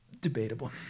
debatable